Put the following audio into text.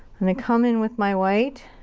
i'm gonna come in with my white